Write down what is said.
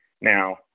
Now